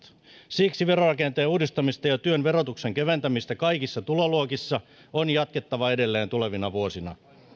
siksi verorakenteen uudistamista ja työn verotuksen keventämistä kaikissa tuloluokissa on jatkettava edelleen tulevina vuosina